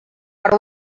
per